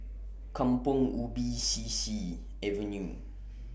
Kampong Ubi C C Avenue